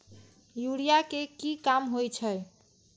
Urea के की काम होई छै?